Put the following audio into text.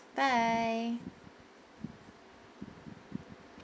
bye